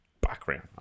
background